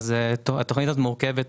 התוכנית הזאת מורכבת